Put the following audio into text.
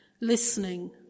listening